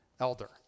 elder